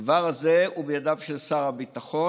הדבר הזה הוא בידיו של שר הביטחון,